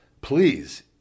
please